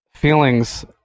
feelings